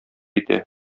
итә